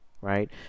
right